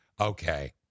okay